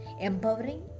empowering